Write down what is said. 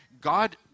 God